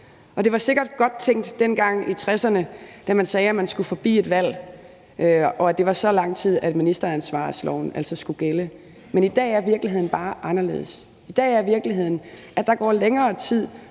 Det var sikkert godt tænkt dengang i 1960'erne, da man sagde, at man skulle forbi et valg, og at det var så lang tid, at ministeransvarlighedsloven altså skulle gælde, men i dag er virkeligheden bare anderledes. I dag er virkeligheden, at der går længere tid,